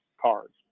cards